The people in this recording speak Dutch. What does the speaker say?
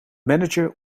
manager